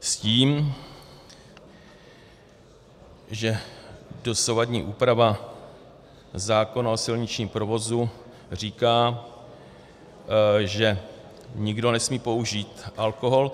S tím, že dosavadní úprava zákona o silničním provozu říká, že nikdo nesmí požít alkohol.